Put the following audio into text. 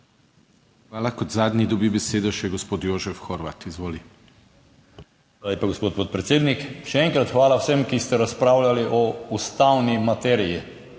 Hvala. Kot zadnji dobi besedo še gospod Jožef Horvat, izvoli. JOŽEF HORVAT (PS NSi): Hvala lepa, gospod podpredsednik. Še enkrat hvala vsem, ki ste razpravljali o ustavni materiji,